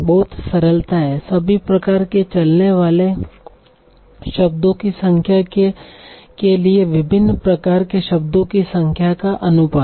बहुत सरलता है सभी प्रकार के चलने वाले शब्दों की संख्या के लिए विभिन्न प्रकार के शब्दों की संख्या का अनुपात